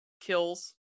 kills